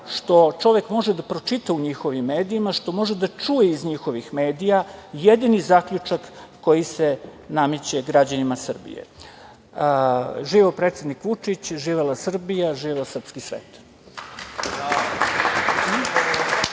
što čovek može da pročita u njihovim medijima, što može da čuje iz njihovih medija, jedini zaključak koji se nameće građanima Srbije. Živeo predsednik Vučić, živela Srbija, živeo srpski svet.